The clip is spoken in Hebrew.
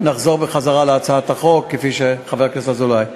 נחזור להצעת החוק כפי שחבר הכנסת אזולאי הציע.